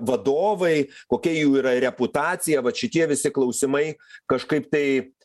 vadovai kokie jų yra reputacija vat šitie visi klausimai kažkaip tai